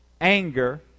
anger